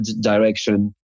direction